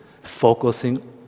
focusing